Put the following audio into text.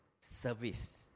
service